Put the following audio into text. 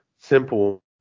simple